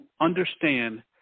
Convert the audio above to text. understand